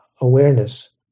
awareness